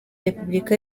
repubulika